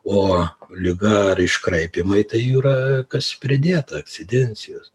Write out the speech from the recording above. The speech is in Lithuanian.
o liga ar iškraipymai tai jau yra kas pridėta akcidencijos